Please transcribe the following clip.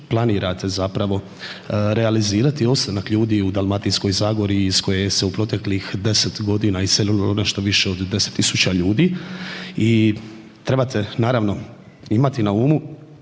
planirate zapravo realizirati ostanak ljudi u Dalmatinskoj zagori iz koje se u proteklih 10 g. iselilo nešto više od 10 000 ljudi i trebate naravno imati na umu